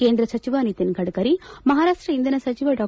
ಕೇಂದ್ರ ಸಚಿವ ನಿತಿನ್ ಗಡ್ಕರಿ ಮಹಾರಾಷ್ಷ ಇಂಧನ ಸಚಿವ ಡಾ